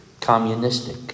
communistic